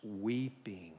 weeping